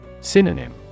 Synonym